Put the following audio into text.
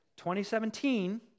2017